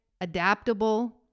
adaptable